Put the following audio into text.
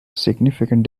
significant